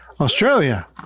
Australia